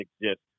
exist